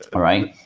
ah right?